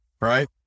right